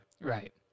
right